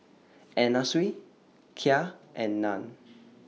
Anna Sui Kia and NAN